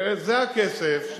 וזה הכסף,